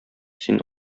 син